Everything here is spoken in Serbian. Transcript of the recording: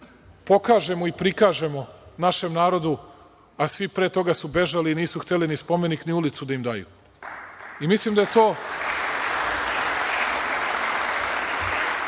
pokažemo i prikažemo našem narodu, a svi pre toga su bežali nisu hteli ni spomenik, ni ulicu da im daju. Mislim da je to